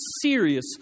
serious